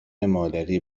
مادری